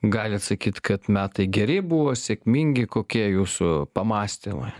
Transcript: galit sakyt kad metai geri buvo sėkmingi kokie jūsų pamąstymai